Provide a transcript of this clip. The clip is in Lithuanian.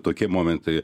tokie momentai